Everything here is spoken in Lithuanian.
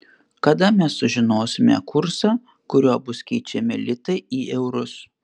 kada mes sužinosime kursą kuriuo bus keičiami litai į eurus